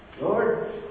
Lord